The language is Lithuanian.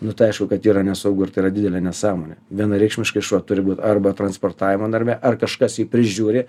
nu tai aišku kad yra nesaugu ir tai yra didelė nesąmonė vienareikšmiškai šuo turi būti arba transportavimo narve ar kažkas jį prižiūri